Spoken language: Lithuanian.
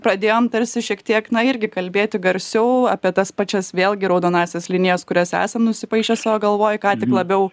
pradėjom tarsi šiek tiek na irgi kalbėti garsiau apie tas pačias vėlgi raudonąsias linijas kurias esam nusipaišę savo galvoj ką labiau